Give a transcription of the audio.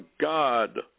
God